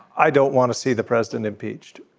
i don't want to see the president impeached.